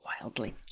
Wildly